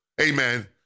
Amen